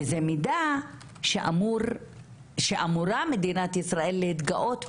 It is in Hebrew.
זו מידה שאמורה מדינת ישראל להתגאות בו.